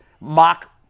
mock